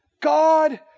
God